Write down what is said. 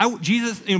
Jesus